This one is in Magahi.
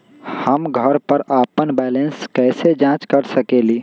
हम घर पर अपन बैलेंस कैसे जाँच कर सकेली?